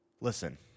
Listen